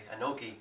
Anoki